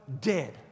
dead